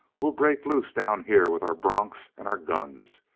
we'll break loose down here with our bronks and our guns,